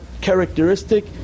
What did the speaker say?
characteristic